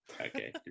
okay